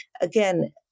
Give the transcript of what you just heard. again